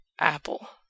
Apple